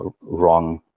wrong